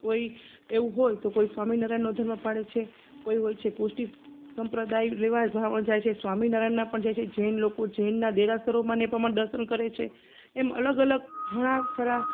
કોઈ એવું હોય તો કોઈ સ્વામિનારાયણનો ધર્મ પાળે છે કોઈ હોય છે પુષ્ટિ સંપ્રદાય લેવાય બ્રાહ્મણ જાય છે સ્વામિનારાયણમાં પણ જાય છે જૈન લોકો જૈનના દેરાસરોમાંને એ પ્રમાણે દર્શન કરે છે એમ અલગ અલગ ઘણા ખરા